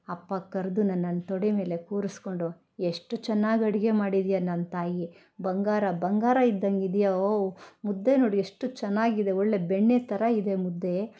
ಅಪ್ಪ ಕರೆದು ನನ್ನನ್ನು ತೊಡೆ ಮೇಲೆ ಕೂರಿಸ್ಕೊಂಡು ಎಷ್ಟು ಚೆನ್ನಾಗ್ ಅಡುಗೆ ಮಾಡಿದಿಯಾ ನನ್ನ ತಾಯಿ ಬಂಗಾರ ಬಂಗಾರ ಇದ್ದಂಗೆ ಇದಿಯಾ ಓವ್ ಮುದ್ದೆ ನೋಡು ಎಷ್ಟು ಚೆನ್ನಾಗಿದೆ ಒಳ್ಳೆ ಬೆಣ್ಣೆ ಥರ ಇದೆ ಮುದ್ದೆ